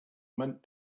mint